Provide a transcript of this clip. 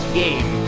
game